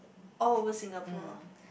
all over Singapore